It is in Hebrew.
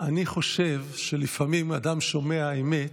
אני חושב שלפעמים אדם שומע אמת,